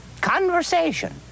Conversation